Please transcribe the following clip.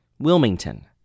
Wilmington